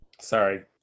Sorry